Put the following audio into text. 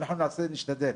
ואנחנו נעשה ושנשתדל.